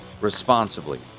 responsibly